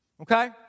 Okay